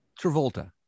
Travolta